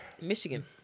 Michigan